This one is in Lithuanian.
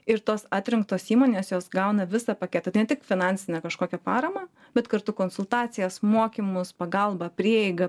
ir tos atrinktos įmonės jos gauna visą paketą ne tik finansinę kažkokią paramą bet kartu konsultacijas mokymus pagalbą prieigą